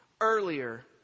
earlier